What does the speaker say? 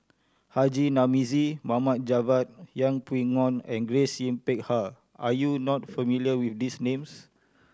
Haji Namazie Mohd Javad Yeng Pway Ngon and Grace Yin Peck Ha are you not familiar with these names